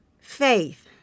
Faith